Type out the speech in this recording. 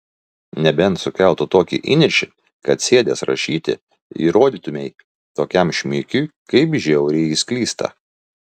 nebent sukeltų tokį įniršį kad sėdęs rašyti įrodytumei tokiam šmikiui kaip žiauriai jis klysta